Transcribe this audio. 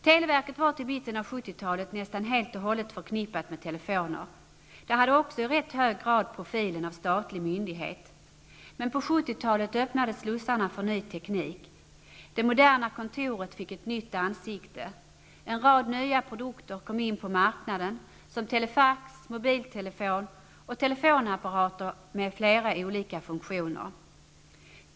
Televerket var till mitten av 70-taltet nästan helt och hållet förknippat med telefoner. Det hade också i rätt hög grad profilen av statlig myndighet. Men på 70-talet öppnades slussarna för ny teknik. Det moderna kontoret fick ett nytt ansikte. En rad nya produkter kom in på marknaden, som telefax, mobiltelefon och telefonapparater med flera olika funktioner.